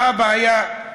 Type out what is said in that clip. האבא היה,